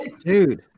Dude